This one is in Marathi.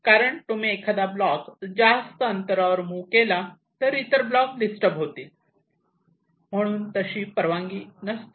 कारण तुम्ही एखादा ब्लॉक जास्त अंतरावर मुव्ह केला तर इतर ब्लॉक डिस्टर्ब होतील म्हणून तशी परवानगी नसते